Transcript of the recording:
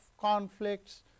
conflicts